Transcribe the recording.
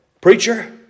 Preacher